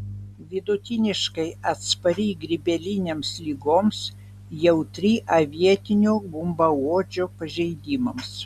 vidutiniškai atspari grybinėms ligoms jautri avietinio gumbauodžio pažeidimams